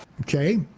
okay